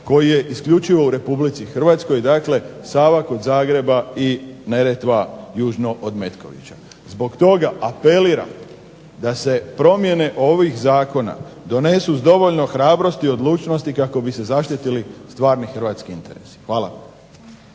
koje su isključivo u Republici Hrvatskoj, dakle Sava kod Zagreba i Neretva južno od Metkovića. Zbog toga apeliram da se promjene ovih zakona donesu s dovoljno hrabrosti i odlučnosti kako bi se zaštitili stvarni hrvatski interesi. Hvala.